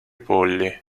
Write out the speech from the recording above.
polli